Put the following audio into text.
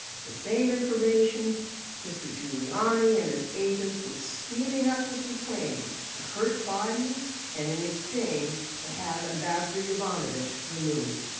the same information mr. giuliani and his agents were scheming up with ukraine to hurt biden and in exchange, to have ambassador yovanovitch remove.